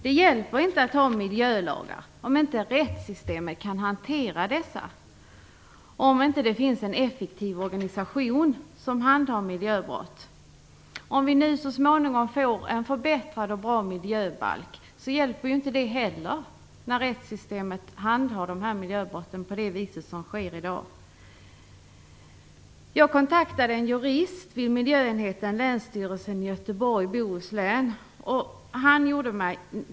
Det hjälper inte att ha miljölagar och inte rättssystemet kan hantera dessa och det finns en effektiv organisation som handhar miljöbrott. Om vi nu så småningom får ett förbättrad miljöbalk hjälper inte det heller när rättssystemet handhar miljöbrotten på det vis som sker i dag. Jag kontaktade en jurist på miljöenheten vid länsstyrelsen i Göteborg och Bohus län.